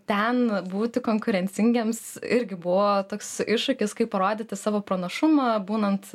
ten būti konkurencingiems irgi buvo toks iššūkis kaip parodyti savo pranašumą būnant